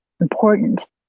important